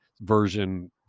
version